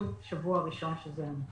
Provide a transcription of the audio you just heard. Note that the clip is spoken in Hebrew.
זהו שבוע ראשון שזה המצב.